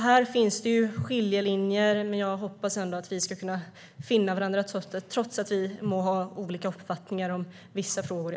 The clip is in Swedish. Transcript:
Här finns det skiljelinjer, men jag hoppas ändå att vi ska kunna finna varandra trots att vi må ha olika uppfattningar om vissa frågor.